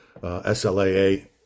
SLAA